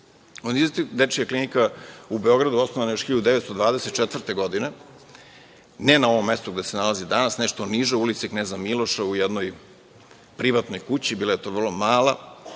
dečija klinika u Beogradu osnovana je još 1924. godine, ne na ovom mestu gde se nalazi danas, nešto niže u ulici Kneza Miloša, u jednoj privatnoj kući, bila je to vrlo mala